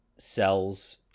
sells